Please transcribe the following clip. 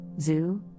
zoo